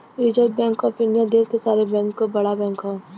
reserve bank of India देश क सारे बैंक क बड़ा बैंक हौ